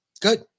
Good